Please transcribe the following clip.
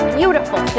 beautiful